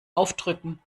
aufdrücken